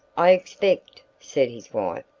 i expect, said his wife,